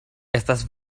estas